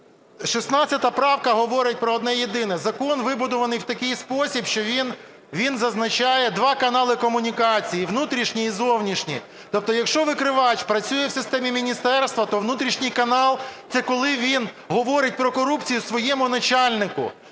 16 правка говорить про одне єдине: закон вибудований в такий спосіб, що він зазначає два канали комунікацій – внутрішній і зовнішній. Тобто якщо викривач працює в системі міністерства, то внутрішній канал – це коли він говорить про корупцію своєму начальнику.